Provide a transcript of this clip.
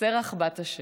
בת אשר.